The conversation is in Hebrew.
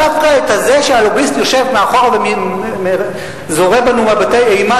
דווקא את זה שהלוביסט שלו יושב מאחור וזורה בנו מבטי אימה